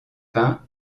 peints